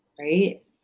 Right